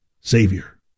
Savior